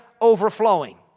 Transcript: overflowing